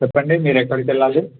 చెప్పండి మీరు ఎక్కడికి వెళ్ళాలి